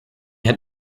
had